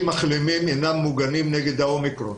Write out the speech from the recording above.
מחלימים אינם מוגנים מפני ה-אומיקרון.